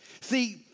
See